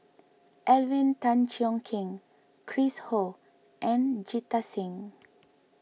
Alvin Tan Cheong Kheng Chris Ho and Jita Singh